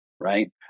right